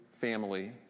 family